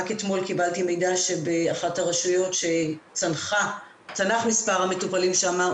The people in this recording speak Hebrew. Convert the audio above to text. רק אתמול קיבלתי מידע שבאחת הרשויות צנח מספר המטופלים שם.